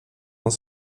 dans